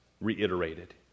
reiterated